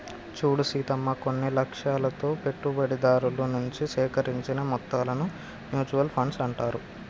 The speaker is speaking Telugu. చూడు సీతమ్మ కొన్ని లక్ష్యాలతో పెట్టుబడిదారుల నుంచి సేకరించిన మొత్తాలను మ్యూచువల్ ఫండ్స్ అంటారు